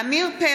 בעד רם שפע,